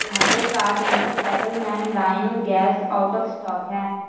ਤੁਹਾਡੇ ਕਾਰਟ ਵਿੱਚ ਫੈਕਲਮੈਨ ਲਾਈਨ ਗੈਸ ਆਊਟ ਔਫ਼ ਸਟੋਕ ਹੈ